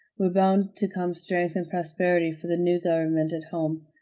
were bound to come strength and prosperity for the new government at home,